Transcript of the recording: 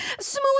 Smooth